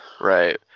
Right